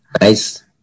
nice